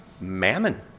mammon